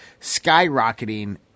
skyrocketing